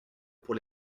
pour